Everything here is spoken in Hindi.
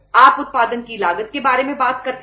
आप उत्पादन की लागत के बारे में बात करते हैं